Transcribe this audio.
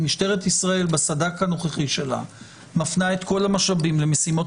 כי משטרת ישראל בסד"כ הנוכחי שלה מפנה את כל המשאבים למשימות